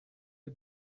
der